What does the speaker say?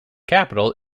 capital